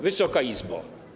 Wysoka Izbo!